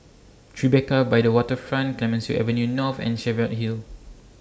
Tribeca By The Waterfront Clemenceau Avenue North and Cheviot Hill